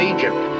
Egypt